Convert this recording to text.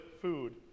food